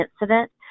incident